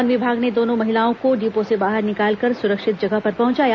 one विभाग ने दोनों महिलाओं को डिपो से बाहर निकालकर सुरक्षित जगह पर पहुंचाया